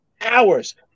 hours